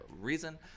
reason